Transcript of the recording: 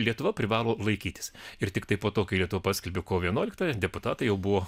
lietuva privalo laikytis ir tiktai po to kai lietuva paskelbė kovo vienuoliktąją deputatai jau buvo